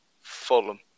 Fulham